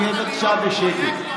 תהיה בבקשה בשקט.